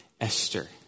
Esther